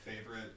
favorite